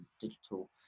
digital